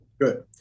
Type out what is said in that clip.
Good